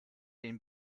den